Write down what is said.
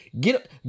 Get